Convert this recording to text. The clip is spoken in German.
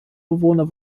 bewohner